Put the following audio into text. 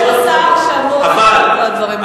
יש פה שר שאמור להשיב על כל הדברים האלה.